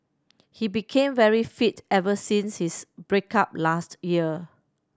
he became very fit ever since his break up last year